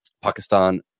Pakistan